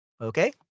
Okay